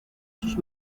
sus